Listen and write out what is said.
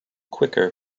quicker